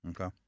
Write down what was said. Okay